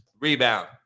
Rebound